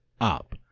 up